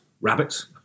rabbits